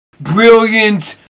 brilliant